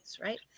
right